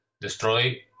destroy